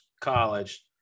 college